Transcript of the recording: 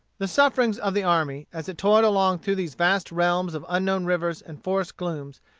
the sufferings of the army, as it toiled along through these vast realms of unknown rivers and forest glooms,